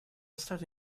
state